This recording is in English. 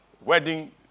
wedding